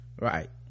right